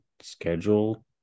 schedule